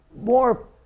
more